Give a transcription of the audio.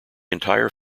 entire